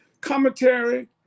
commentary